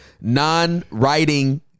non-writing